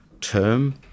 term